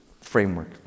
framework